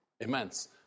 immense